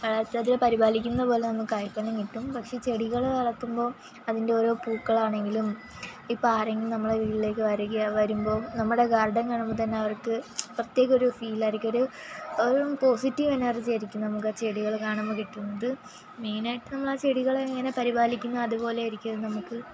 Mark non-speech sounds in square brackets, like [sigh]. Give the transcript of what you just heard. [unintelligible] പരിപാലിക്കുന്ന പോലെ നമുക്ക് കായ്ഫലം കിട്ടും പക്ഷേ ചെടികൾ വളർത്തുമ്പോൾ അതിൻ്റെ ഓരോ പൂക്കളാണെങ്കിലും ഇപ്പം ആരെങ്കിലും നമ്മളെ വീട്ടിലേക്ക് വരിക വരുമ്പോൾ നമ്മുടെ ഗാർഡൻ കാണുമ്പോൾ തന്നെ അവർക്ക് പ്രത്യേക ഒരു ഫീലായിരിക്കും ഒരു ഒരു പോസിറ്റീവ് എനർജി ആയിരിക്കും നമുക്ക് ചെടികൾ കാണുമ്പോൾ കിട്ടുന്നത് മെയിനായിട്ട് നമ്മൾ ആ ചെടികളെ എങ്ങനെ പരിപാലിക്കുന്നു അതുപോലെ ആയിരിക്കും നമക്ക്